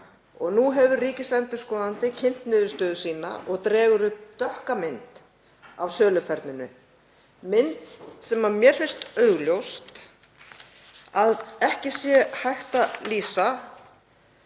Nú hefur ríkisendurskoðandi kynnt niðurstöðu sína og dregur upp dökka mynd af söluferlinu, mynd sem mér finnst augljóst að ekki sé hægt að lýsa